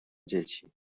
dzieci